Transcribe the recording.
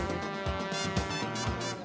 and